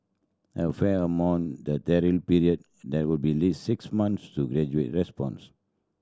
a fair amount the trial period that would be least six months to gauge response